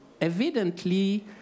Evidently